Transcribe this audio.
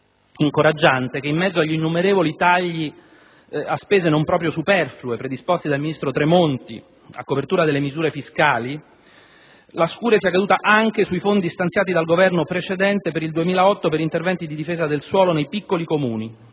che incoraggiante che, in mezzo ad innumerevoli tagli a spese non proprio superflue predisposte dal ministro Tremonti a copertura delle misure fiscali, la scure sia caduta anche sui fondi stanziati per il 2008 dal Governo precedente per interventi di difesa del suolo nei piccoli Comuni,